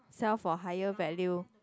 sell for higher value